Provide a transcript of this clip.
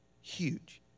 huge